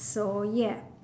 so yeah